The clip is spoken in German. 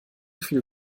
viel